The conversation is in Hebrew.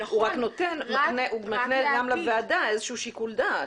הוא רק מקנה גם לוועדה שיקול דעת.